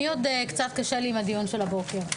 עוד קצת קשה לי עם הדיון של הבוקר,